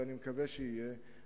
ואני מקווה שיהיה,